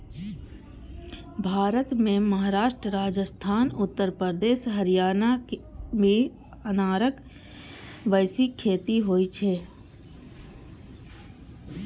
भारत मे महाराष्ट्र, राजस्थान, उत्तर प्रदेश, हरियाणा मे अनारक बेसी खेती होइ छै